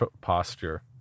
posture